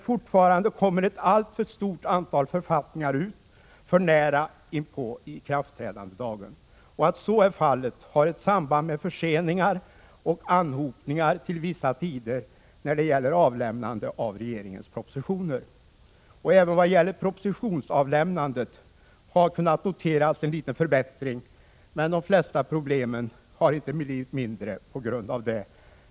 Fortfarande kommer dock ett alltför stort antal författningar ut för nära inpå ikraftträdandedagen. Att så är fallet har samband med förseningar och anhopningar vid vissa tider när det gäller avlämnande av regeringens propositioner. Även vad gäller propositionsavlämnandet har kunnat noteras en liten förbättring. De flesta problem har dock inte blivit mindre på grund av det.